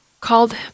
called